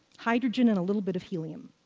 hydrogen and a little bit of helium.